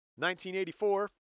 1984